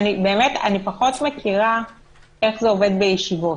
אני פחות מכירה איך זה עובד בישיבות.